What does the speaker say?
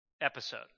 episode